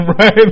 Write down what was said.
Right